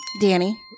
Danny